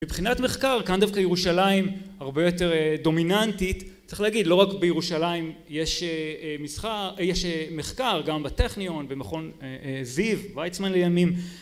מבחינת מחקר כאן דווקא ירושלים הרבה יותר דומיננטית צריך להגיד לא רק בירושלים יש מחקר גם בטכניון במכון זיו ויצמן לימים